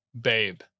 babe